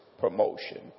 promotion